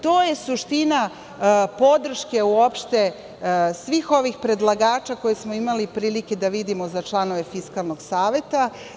To je suština podrške uopšte svih ovih predlagača koje smo imali prilike da vidimo za članove Fiskalnog saveta.